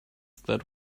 that